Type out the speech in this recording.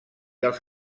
els